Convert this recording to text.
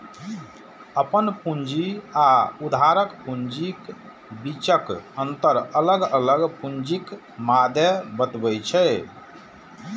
अपन पूंजी आ उधारक पूंजीक बीचक अंतर अलग अलग पूंजीक मादे बतबै छै